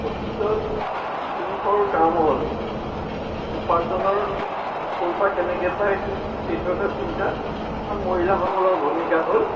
অতীতত পুৰুষৰ কাম হ'ল উপাৰ্জনৰ ক'ৰপৰা কেনেকৈ পায় সেইটো এটা চিন্তা আৰু মহিলা সকলৰ ভূমিকা হ'ল